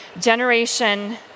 generation